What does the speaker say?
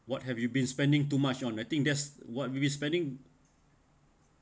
what have you been spending too much on I think that's what we'll be spending